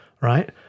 right